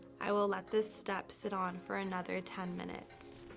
i will let this step sit on for another ten minutes.